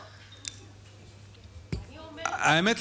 האמת,